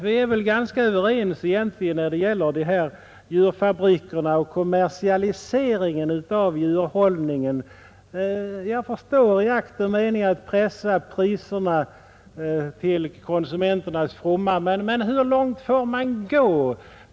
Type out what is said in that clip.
Vi är väl egentligen ganska överens när det gäller djurfabrikerna och kommersialiseringen av djurhållningen i akt och mening att pressa priserna till konsumenternas fromma. Men hur långt får man gå?